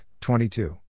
22